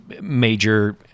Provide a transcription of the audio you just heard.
major